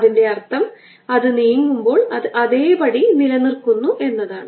അതിന്റെ അർത്ഥം അത് നീങ്ങുമ്പോൾ അത് അതേപടി നിലനിൽക്കുന്നു എന്നതാണ്